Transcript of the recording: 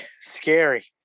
scary